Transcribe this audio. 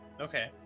Okay